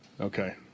Okay